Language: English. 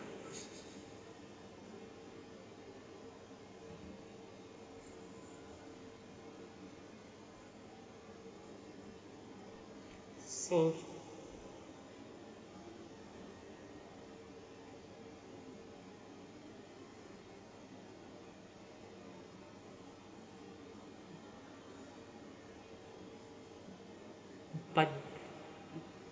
so but